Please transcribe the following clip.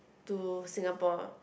to Singapore